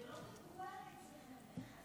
"זה לא מקובל אצלכם".